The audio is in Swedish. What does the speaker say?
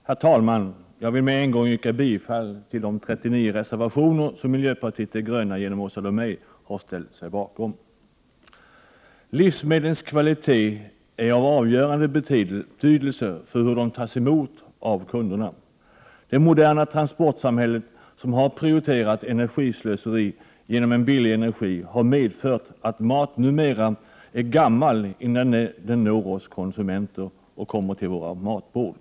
Herr talman! Jag vill med en gång yrka bifall till de 39 reservationer som miljöpartiet de gröna genom Åsa Domeij har ställt sig bakom. Livsmedlens kvalitet är av avgörande betydelse för hur de tas emot av kunderna. Det moderna transportsamhället, som har prioriterat energislöseri med hjälp av billig energi, har medfört att mat numera är gammal innan den når oss konsumenter och kommer till våra matbord.